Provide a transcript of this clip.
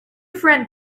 friend